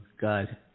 God